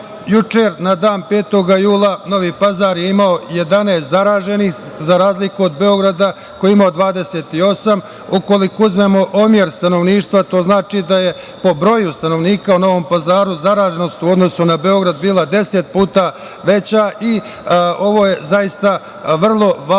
na dan 5. jula Novi Pazar je imao 11 zaraženih, za razliku od Beograda koji je imao 28. Ukoliko uzmemo broj stanovništva, to znači da je po broju stanovnika u Novom Pazaru zaraženost u odnosu na Beograd bila deset puta veća. Ovo je zaista vrlo važno